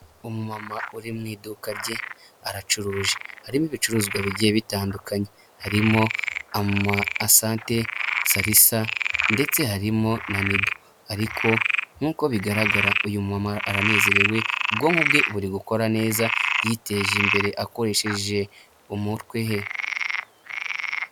Umumama uri mu iduka rye aracuruje, harimo ibicuruzwa bigiye bitandukanye, harimo ama asante sarisa ndetse harimo na nido ariko nkuko bigaragara uyu mumama aranezerewe ubwonko bwe buri gukora neza yiteje imbere akoresheje umutwe.